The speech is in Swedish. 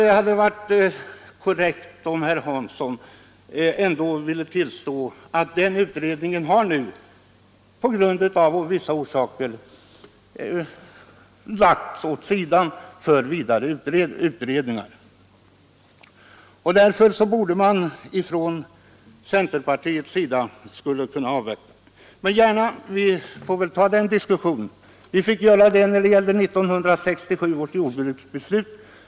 Det hade varit mera korrekt om herr Hansson velat tillstå att utredningen av vissa orsaker har lagts åt sidan i väntan på resultatet av vidare utredningar, som centerpartiet borde kunna avvakta. Men vi får väl ta upp den diskussio nen. Vi fick göra så när det gällde 1967 års jordbruksbeslut.